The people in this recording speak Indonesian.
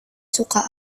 suka